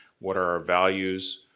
what are our values,